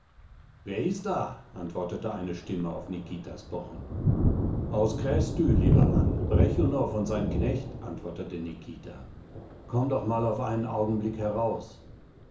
wer ist da antwortete eine stimme auf nikitas pochen aus krestü lieber mann brechunow und sein knecht antwortete nikita komm doch mal auf einen augenblick heraus